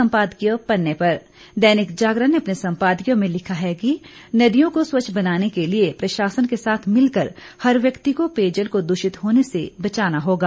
संपादकीय पन्ने पर दैनिक जागरण ने अपने संपादकीय में लिखा है कि नदियों को स्वच्छ बनाने के लिए प्रशासन के साथ मिलकर हर व्यक्ति को पेयजल को दूषित होने से बचाना होगा